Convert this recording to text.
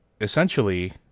essentially